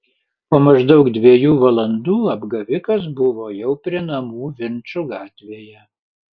po maždaug dviejų valandų apgavikas buvo jau prie namų vinčų gatvėje